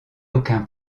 aucun